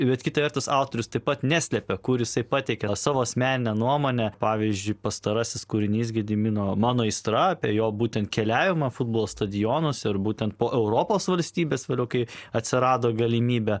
bet kita vertus autorius taip pat neslepia kur jisai pateikia savo asmeninę nuomonę pavyzdžiui pastarasis kūrinys gedimino mano aistra apie jo būtent keliavimą futbolo stadionuose ar būtent po europos valstybes vėliau kai atsirado galimybė